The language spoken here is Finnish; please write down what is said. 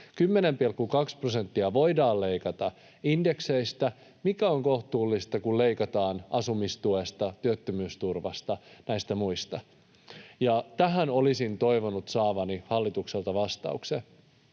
10,2 prosenttia voidaan leikata indekseistä. Mikä on kohtuullista, kun leikataan asumistuesta, työttömyysturvasta, näistä muista? Tähän olisin toivonut saavani hallitukselta vastauksen.